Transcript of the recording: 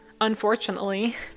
unfortunately